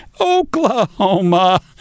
Oklahoma